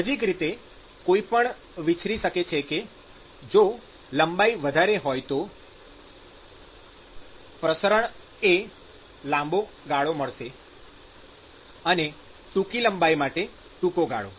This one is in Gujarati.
સાહજિક રીતે કોઈ પણ વિચારી શકે છે કે જો લંબાઈ વધારે હોય તો પ્રસારણએ લાંબો ગાળો મળશે અને ટૂંકી લંબાઈ માટે ટૂંકો ગાળો